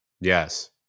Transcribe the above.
Yes